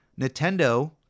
Nintendo